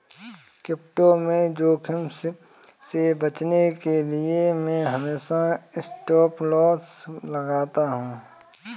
crypto में जोखिम से बचने के लिए मैं हमेशा स्टॉपलॉस लगाता हूं